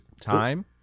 time